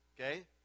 Okay